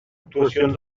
actuacions